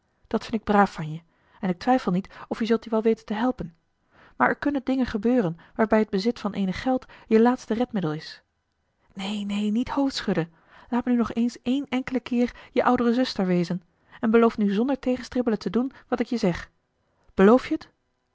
dat vind ik braaf van je en ik twijfel niet of je zult je wel weten te helpen maar er kunnen dingen gebeuren waarbij het bezit van eenig geld je laatste redmiddel is neen neen niet hoofdschudden laat me nu nog eens éen enkelen keer je oudere zuster wezen en beloof nu zonder tegenstribbelen te doen wat ik je zeg beloof je het